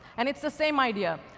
and it's the same idea.